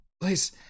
Please